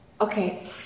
Okay